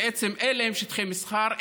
בעצם אין להם שטחי מסחר,